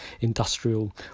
industrial